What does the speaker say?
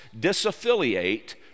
disaffiliate